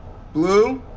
blue.